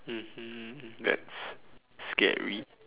mmhmm that's scary